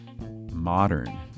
modern